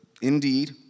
indeed